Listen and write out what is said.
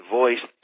voice